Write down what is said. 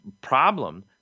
problem